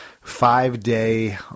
five-day